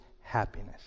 happiness